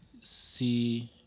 see